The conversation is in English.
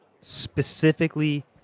specifically